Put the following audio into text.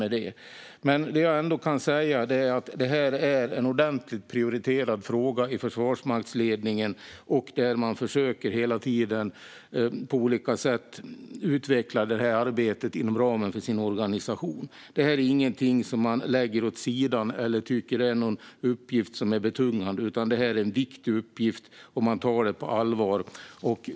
Det jag ändå kan säga är att det här är en ordentligt prioriterad fråga i försvarsmaktsledningen, där man hela tiden på olika sätt försöker att utveckla detta arbete inom ramen för sin organisation. Det här är ingenting som man lägger åt sidan eller tycker är en betungande uppgift, utan det är en viktig uppgift som man tar på allvar.